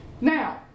Now